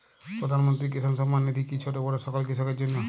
প্রধানমন্ত্রী কিষান সম্মান নিধি কি ছোটো বড়ো সকল কৃষকের জন্য?